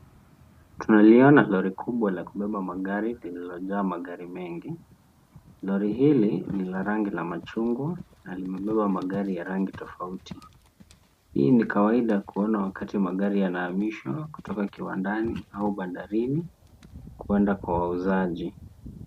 Tunaliona lori kubwa la kubeba magari lililojaa magari mengi. Lori hili ni la rangi la machungwa na limebeba magari ya rangi tofauti. Hii ni kawaida kuona wakati magari yanahamishwa kutoka kiwandani au bandarini kwenda kwa wauzaji.